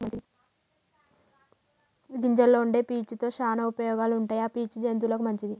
గింజల్లో వుండే పీచు తో శానా ఉపయోగాలు ఉంటాయి ఆ పీచు జంతువులకు మంచిది